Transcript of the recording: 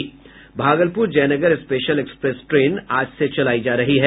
Bhagalpur Jaynagar special express train आज से चलायी जा रही है